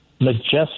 majestic